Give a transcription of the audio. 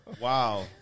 wow